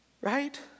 Right